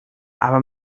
aber